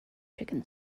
chicken